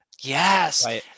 Yes